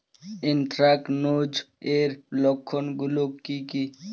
Anthracnose এর লক্ষণ গুলো কি কি?